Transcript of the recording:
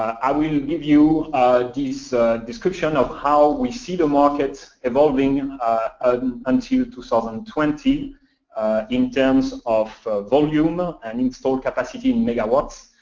i will give you this description of how we see the market evolving and um until two so thousand and twenty in terms of volume, and install capacity, in megawatts.